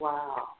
Wow